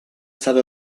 stato